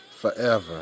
forever